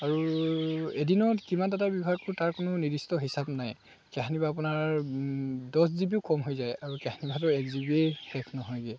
আৰু এদিনত কিমান ডাটা ব্যৱহাৰ কৰোঁ তাৰ কোনো নিৰ্দিষ্ট হিচাপ নাই কাহানিবা আপোনাৰ দহ জি বিও কম হৈ যায় আৰু কাহানিবাটো এক জি বিয়ে শেষ নহয়গৈ